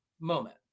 moment